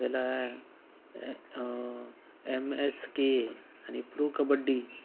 ज्याला A M S K आणि pro kabaddi